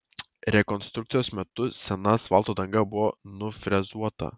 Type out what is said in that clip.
rekonstrukcijos metu sena asfalto danga buvo nufrezuota